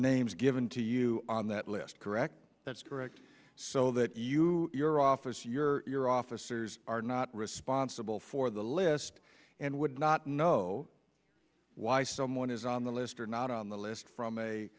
names given to you on that list correct that's correct so that you your office your officers are not responsible for the list and would not know why someone is on the list or not on the list from a